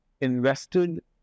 invested